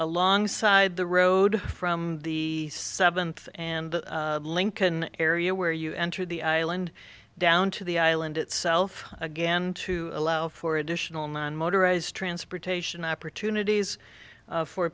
a long side the road from the seventh and the lincoln area where you enter the island down to the island itself again to allow for additional non motorized transportation opportunities